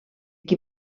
qui